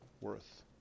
worth